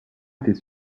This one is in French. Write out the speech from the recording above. était